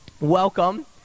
welcome